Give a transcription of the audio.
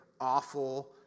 awful